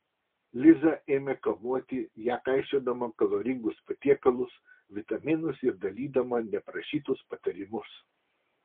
liza ėmė kamuoti ją kaišiodama kaloringus patiekalus vitaminus ir dalydama neprašytus patarimus